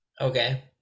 Okay